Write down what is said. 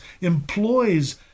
employs